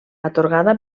atorgada